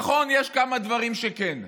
נכון, יש כמה דברים שכן.